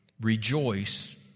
rejoice